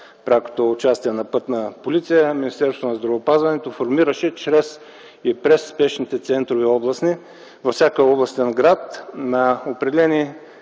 прякото участие на Пътна полиция и Министерството на здравеопазването формираха се чрез и през спешните областни центрове във всеки областен град определени